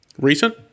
Recent